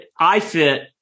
iFit